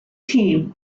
team